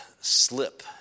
slip